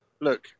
look